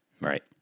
Right